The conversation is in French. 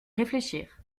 réfléchir